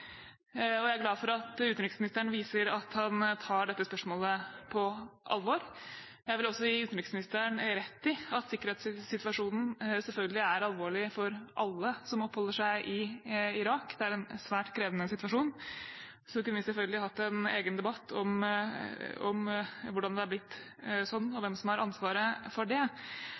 Jeg er glad for at utenriksministeren viser at han tar dette spørsmålet på alvor. Jeg vil også gi utenriksministeren rett i at sikkerhetssituasjonen selvfølgelig er alvorlig for alle som oppholder seg i Irak. Det er en svært krevende situasjon. Så kunne vi selvfølgelig hatt en egen debatt om hvordan det har blitt sånn og hvem som har ansvaret for det.